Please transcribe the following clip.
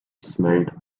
smelled